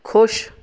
ਖੁਸ਼